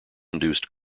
induced